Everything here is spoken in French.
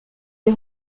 les